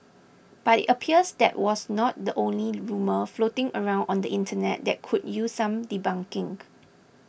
but it appears that was not the only rumour floating around on the Internet that could use some debunking